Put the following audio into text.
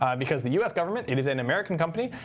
um because the us government, it is an american company,